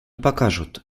покажут